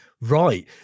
right